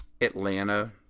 atlanta